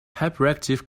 hyperactive